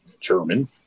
German